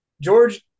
George